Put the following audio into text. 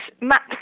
maps